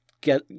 get